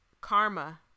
karma